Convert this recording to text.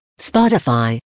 Spotify